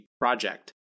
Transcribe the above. project